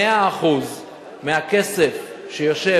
100% הכסף שיושב